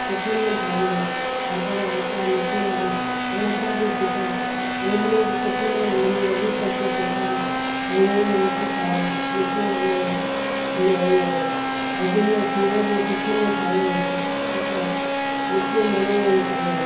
सुठे नमूने ठाहींदी पापड़ आचार मिठियूं मान उन खां बि सिखियमि उन में बि सुठे नमूने मुंहिंजी वॾी ससु सेखारी भई हीअं रोटी ठाहे वे मिठियूं मानियूं इहो गजरनि जो सीरो बि सुठे नमूने ठाहींदी हुअसि आचार मिठियूं मानियूं इहो